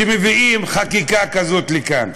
שמביאים חקיקה כזאת לכאן.